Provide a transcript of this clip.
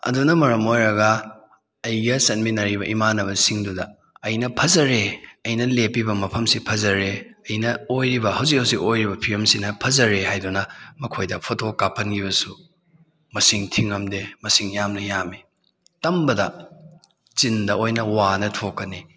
ꯑꯗꯨꯅ ꯃꯔꯝ ꯑꯣꯏꯔꯒ ꯑꯩꯒ ꯆꯠꯃꯤꯟꯅꯔꯤꯕ ꯏꯃꯥꯟꯅꯕꯁꯤꯡꯗꯨꯗ ꯑꯩꯅ ꯐꯖꯔꯦ ꯑꯩꯅ ꯂꯦꯞꯂꯤꯕ ꯃꯐꯝꯁꯤ ꯖꯐꯔꯦ ꯑꯩꯅ ꯑꯣꯏꯔꯤꯕ ꯍꯧꯖꯤꯛ ꯍꯧꯖꯤꯛ ꯑꯣꯏꯔꯤꯕ ꯐꯤꯕꯝꯁꯤꯅ ꯐꯖꯔꯦ ꯍꯥꯏꯗꯨꯅ ꯃꯈꯣꯏꯗ ꯐꯣꯇꯣ ꯀꯥꯞꯍꯟꯈꯤꯕꯁꯨ ꯃꯁꯤꯡ ꯊꯤꯉꯝꯗꯦ ꯃꯁꯤꯡ ꯌꯥꯝꯅ ꯌꯥꯝꯏ ꯇꯝꯕꯗ ꯆꯤꯟꯗ ꯑꯣꯏꯅ ꯋꯥꯅ ꯊꯣꯛꯀꯅꯤ